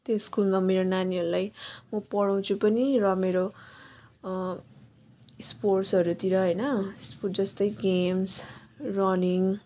त्यो स्कुलमा मेरो नानीहरूलाई म पढाउँछु पनि र मेरो स्पोर्ट्सहरूतिर होइन स्पोर्ट जस्तै गेम्स रनिङ